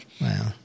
Wow